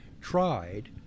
tried